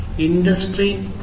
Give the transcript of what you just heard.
industry 4